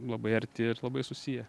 labai arti ir labai susiję